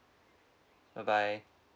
bye bye